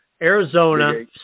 Arizona